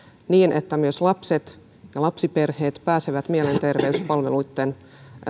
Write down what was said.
niin että myös lapset ja lapsiperheet pääsevät mielenterveyspalveluitten